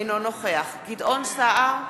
אינו נוכח גדעון סער,